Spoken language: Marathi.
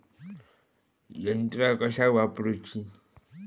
यंत्रा कशाक वापुरूची?